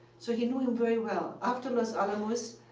so he knew him very well. after los alamos,